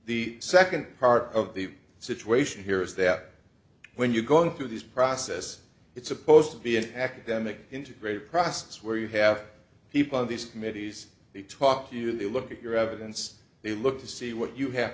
the second part of the situation here is that when you're going through this process it's supposed to be an academic integrate process where you have people on these committees they talk to you they look at your evidence they look to see what you have